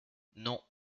non